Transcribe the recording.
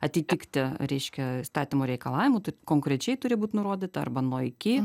atitikti reiškia įstatymo reikalavimų tai konkrečiai turi būt nurodyta arba nuo iki